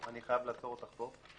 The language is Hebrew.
לא, לא, אני חייב לעצור אותך פה.